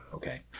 Okay